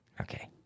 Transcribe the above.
Okay